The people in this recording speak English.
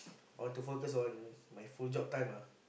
I want to focus on my full job time ah